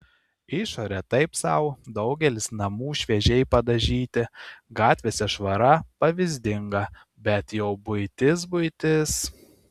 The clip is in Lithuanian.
išorė taip sau daugelis namų šviežiai padažyti gatvėse švara pavyzdinga bet jau buitis buitis